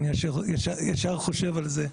אני ישר חושב על זה.